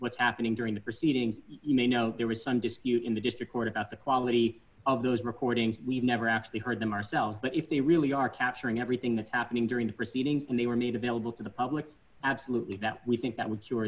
what's happening during the proceedings you may know there is some dispute in the district court about the quality of those recordings we've never actually heard them ourselves but if they really are capturing everything that's happening during the proceedings and they were made available to the public absolutely now we think that w